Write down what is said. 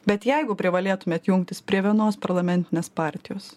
bet jeigu privalėtumėt jungtis prie vienos parlamentinės partijos